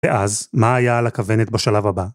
ואז מה היה על הכוונת בשלב הבא?